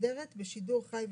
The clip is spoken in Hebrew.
המשודרת בשידור חי וישיר,